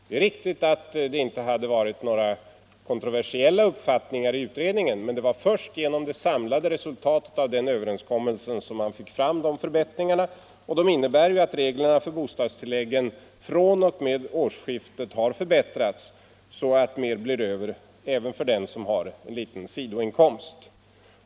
Det är riktigt att det inte hade varit några kontroversiella uppfattningar i utredningen, men det var först genom det samlade resultatet av den överenskommelsen som man fick fram förbättringarna. De innebär ju att reglerna för bostadstilläggen fr.o.m. årsskiftet har förändrats så att mer blir över även för den som har en liten sidoinkomst.